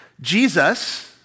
Jesus